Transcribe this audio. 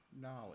knowledge